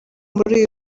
muri